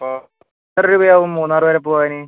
അപ്പൊ എത്ര രൂപയാവും മൂന്നാർ വരെ പോവാന്